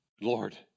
Lord